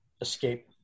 Escape